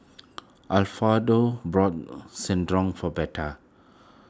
bought for Betha